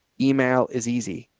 email is easy.